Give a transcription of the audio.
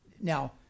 Now